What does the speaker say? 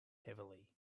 heavily